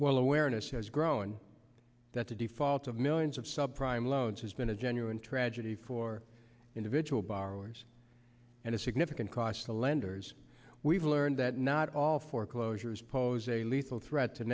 while awareness has grown that the default of millions of sub prime loans has been a genuine tragedy for individual borrowers and a significant cost to lenders we've learned that not all foreclosures pose a lethal threat to